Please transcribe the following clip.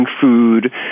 food